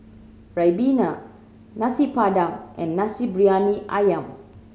ribena Nasi Padang and Nasi Briyani Ayam